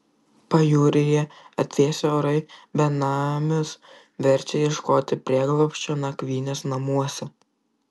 pajūryje atvėsę orai benamius verčia ieškoti prieglobsčio nakvynės namuose